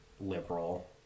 liberal